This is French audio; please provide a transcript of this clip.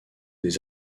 des